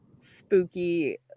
spooky